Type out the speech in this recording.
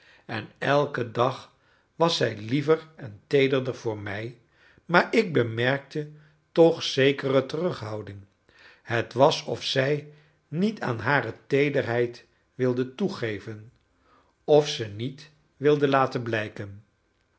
en elken dag was zij liever en teederder voor mij maar ik bemerkte toch zekere terughouding het was of zij niet aan hare teederheid wilde toegeven of ze niet wilde laten blijken